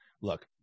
Look